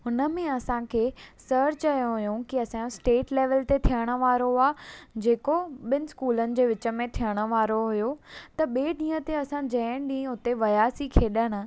हुनमें असांखे सर चयो हुयऊं की असां स्टेट लेवल ते थियणु वारो आहे जेको बि॒नि स्कूलनि जे विच में थियणु वारो हुयो त बि॒ए डीं॒हं ते जंहिं डींहं असां उते वियासीं खेड॒णु